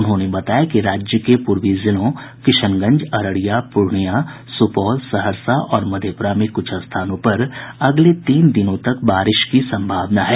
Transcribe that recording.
उन्होंने बताया कि राज्य के पूर्वी जिलों किशनगंज अररिया पूर्णियां सुपौल सहरसा और मधेपुरा में कुछ स्थानों पर अगले तीन दिनों तक बारिश की सम्भावना है